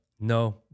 no